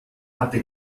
hatte